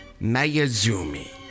Mayazumi